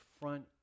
front